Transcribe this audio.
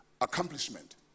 accomplishment